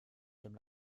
dem